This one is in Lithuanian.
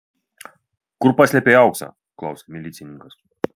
kur paslėpei auksą klausia milicininkas